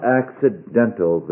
accidental